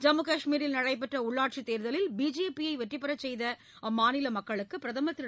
ஜம்மு கஷ்மீரில் நடைபெற்ற உள்ளாட்சித் தேர்தலில் பிஜேபியை வெற்றிப் பெறச் செய்த அம்மாநில மக்களுக்கு பிரதமர் திரு